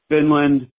Finland